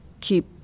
keep